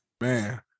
man